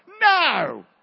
No